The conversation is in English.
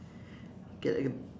get like a